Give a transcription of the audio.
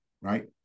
right